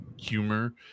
humor